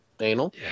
anal